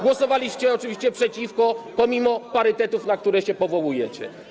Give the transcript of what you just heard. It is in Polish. Głosowaliście oczywiście przeciwko pomimo parytetów, na które się powołujecie.